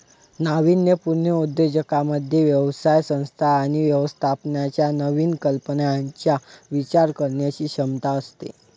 नाविन्यपूर्ण उद्योजकांमध्ये व्यवसाय संस्था आणि व्यवस्थापनाच्या नवीन कल्पनांचा विचार करण्याची क्षमता असते